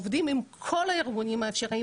עובדים עם כל הארגונים האפשריים,